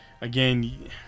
again